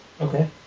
okay